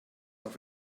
auf